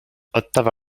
ottawa